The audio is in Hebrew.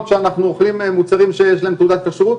שאנחנו אוכלים מהם מוצרים שיש להם תעודת כשרות?